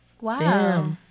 wow